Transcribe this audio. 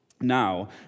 Now